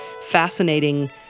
fascinating